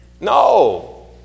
No